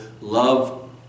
love